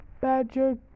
Badger